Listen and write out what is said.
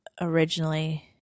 originally